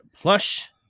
Plush